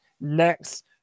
next